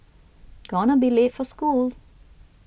gonna be late for school